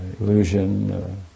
illusion